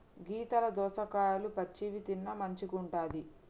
గీతల దోసకాయలు పచ్చివి తిన్న మంచిగుంటది